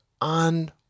on